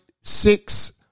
six